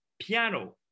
piano